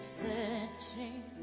searching